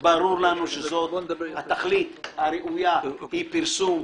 ברור לנו שזו התכלית הראויה, היא פרסום.